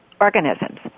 organisms